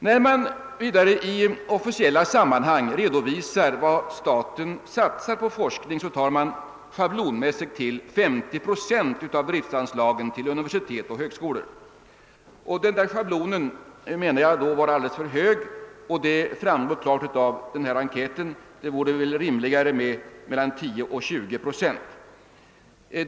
När man vidare i officiella sammanhang redovisar vad staten satsar på forskning tar man schablonmässigt till 950 procent av driftanslagen till universitet och högskolor. Den schablonsiffran anser jag vara alldeles för hög. Det framgår klart av enkäten att det vore rimligare med 10 till 20 procent.